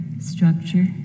structure